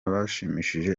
bashimishije